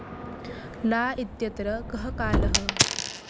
न इत्यत्र कः कालः